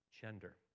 gender